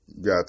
Got